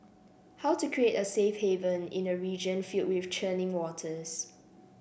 how to create a safe haven in a region fill with churning waters